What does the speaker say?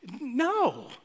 no